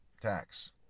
tax